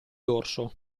dorso